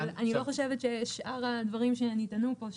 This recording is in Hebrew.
אבל אני לא חושבת ששאר הדברים שנטענו פה,